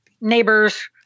neighbors